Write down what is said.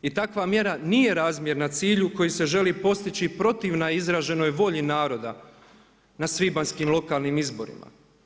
I takva mjera nije razmjerna cilju koji se želi postići protivno izraženoj volji naroda na svibanjskim lokalnim izborima.